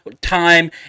time